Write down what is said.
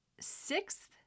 sixth